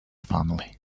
family